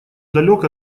далек